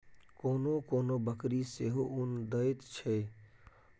कोनो कोनो बकरी सेहो उन दैत छै